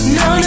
no